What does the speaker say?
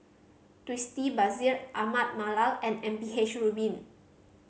Twisstii Bashir Ahmad Mallal and M P H Rubin